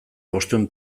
bostehun